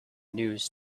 news